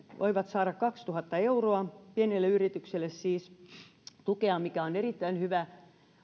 voivat saada tukea kaksituhatta euroa pienelle yritykselle siis mikä on erittäin hyvä